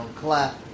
clap